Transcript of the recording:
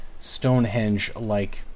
Stonehenge-like